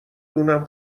دونم